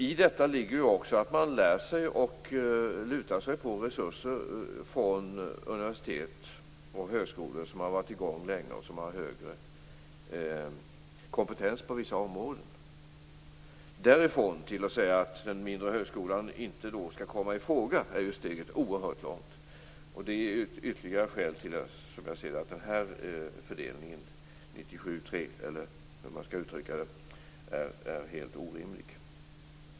I detta ligger också att man lär sig av och lutar sig mot universitet och högskolor som har varit i gång länge och har högre kompetens på vissa områden. Mellan den synpunkten och att säga att den mindre högskolan inte skall komma i fråga är steget oerhört långt. Det är ytterligt ett skäl till att den här fördelningen är helt orimlig.